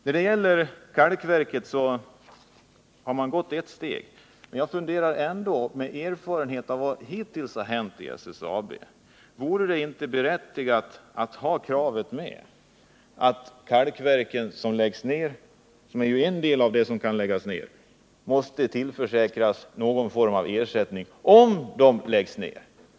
När det gäller kalkverket har man tagit ett steg, men jag undrar ändå, mot bakgrund av vad som hittills har hänt inom SSAB, om det inte vore berättigat att kräva att det tillskapas någon form av ersättningsjobb för kalkverket, om det läggs ned.